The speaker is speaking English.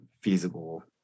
feasible